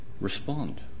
respond